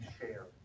share